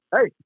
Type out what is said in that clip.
Hey